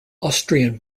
austrian